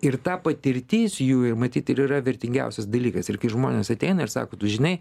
ir ta patirtis jų ir matyt ir yra vertingiausias dalykas ir kai žmonės ateina ir sako tu žinai